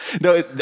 No